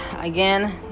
again